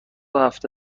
هفته